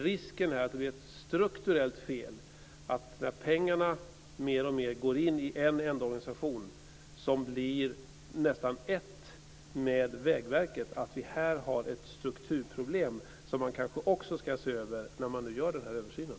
Risken är att det blir ett strukturellt fel, att pengarna mer och mer går in i en enda organisation som blir nästan ett med Vägverket. Här har vi ett strukturproblem som kanske också borde ses över när man nu gör den här översynen.